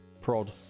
prod